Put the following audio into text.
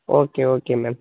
okay okay ma'am